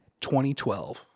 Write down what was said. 2012